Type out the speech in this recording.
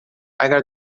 اگر